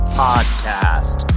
podcast